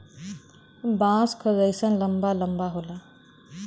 बाँस क जैसन लंबा लम्बा होला